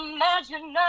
Imagine